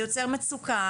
זה יוצר מצוקה,